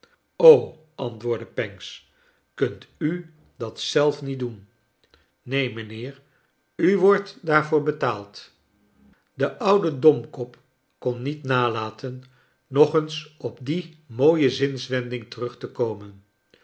antwoordde pancks kunt u dat zelf niet doen neen mijnheer u wordt daarvoor betaald de oude domkop kon niet nalaten nog eens op die mooie zinswending terug te komen